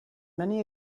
many